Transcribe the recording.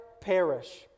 perish